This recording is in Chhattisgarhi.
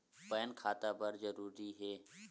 पैन खाता बर जरूरी हे?